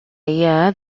year